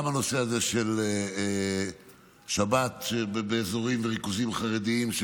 גם הנושא של שבת באזורים, בריכוזים חרדיים,